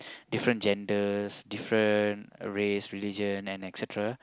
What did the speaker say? different genders different race religion and et-cetera